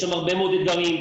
יש שם הרבה מאוד אתגרים.